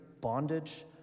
bondage